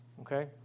Okay